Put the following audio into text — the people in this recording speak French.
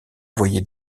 voyaient